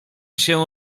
się